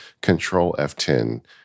Control-F10